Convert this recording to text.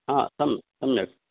ह सम् सम्यक्